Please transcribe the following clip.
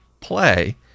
play